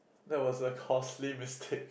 that was a costly mistake